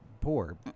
poor